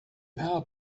power